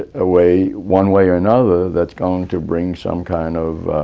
a way, one way or another, that's going to bring some kind of